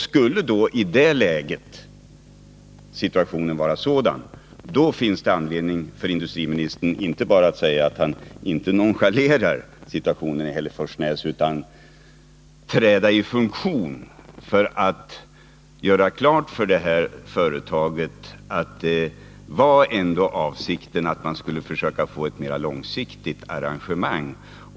Skulle situationen vara den, finns det anledning för industriministern inte bara att ”inte nonchalera” sysselsättningssituationen i Hälleforsnäs, som industriministern uttryckte sig, utan att träda i funktion för att göra klart för företaget att avsikten var att försöka åstadkomma ett mera långsiktigt arrangemang.